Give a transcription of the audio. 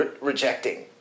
rejecting